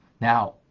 Now